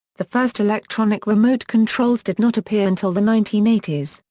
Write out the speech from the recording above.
the first electronic remote controls did not appear until the nineteen eighty s.